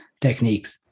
techniques